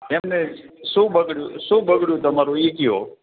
એમ નહીં શું બગડયું શું બગડયું તમારું એ કહો